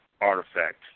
artifact